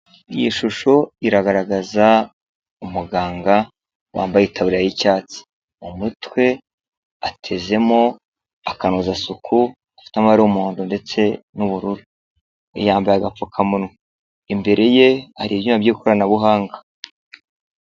Iyi shusho iragaragaza umuganga wambaye itaburiya y'icyatsi mu mutwe atezemo akanozasuku gafite amabara y'umuhondo ndetse n'ubururu yambaye agapfukamunwa imbere ye hari ibyuma by'ikoranabuhanga.